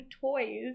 toys